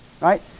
right